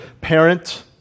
parent